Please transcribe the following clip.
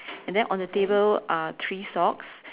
and then on the table are three socks